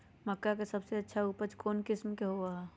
मक्का के सबसे अच्छा उपज कौन किस्म के होअ ह?